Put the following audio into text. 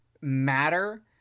matter